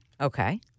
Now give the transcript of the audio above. Okay